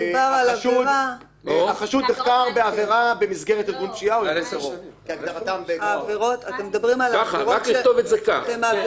אמרנו שבעצם- אני מציע נסחות, יש יסוד להניח או